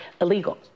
illegal